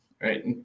Right